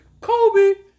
Kobe